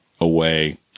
away